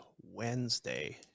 Wednesday